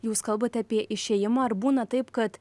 jūs kalbate apie išėjimą ar būna taip kad